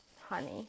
honey